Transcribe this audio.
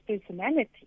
personality